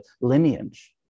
lineage